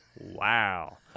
Wow